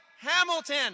Hamilton